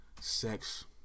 Sex